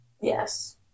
Yes